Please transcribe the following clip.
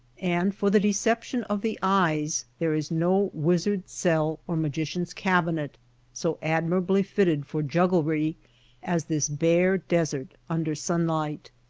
and for the deception of the eyes there is no wizard's cell or magician's cabi net so admirably fitted for jugglery as this bare desert under sunlight.